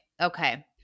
Okay